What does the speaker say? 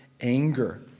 anger